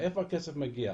מאיפה הכסף מגיע?